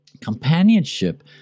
companionship